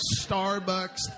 Starbucks